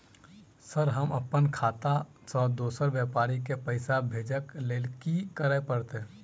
Sir हम अप्पन खाता सऽ दोसर व्यापारी केँ पैसा भेजक लेल की करऽ पड़तै?